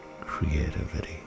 creativity